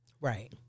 Right